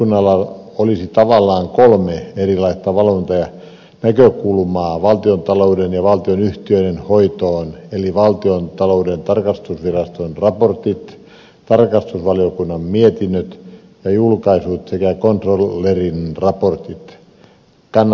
näin eduskunnalla olisi tavallaan kolme erilaista valvontanäkökulmaa valtionta louden ja valtionyhtiöiden hoitoon eli valtiontalouden tarkastusviraston raportit tarkastusvaliokunnan mietinnöt ja julkaisut sekä controllerin raportit